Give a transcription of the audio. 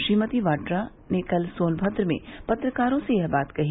श्रीमती वाड्रा ने कल सोनभद्र में पत्रकारों से यह बात कही